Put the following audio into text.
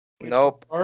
Nope